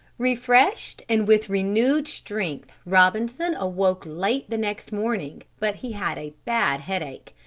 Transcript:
refreshed and with renewed strength, robinson awoke late the next morning, but he had a bad headache.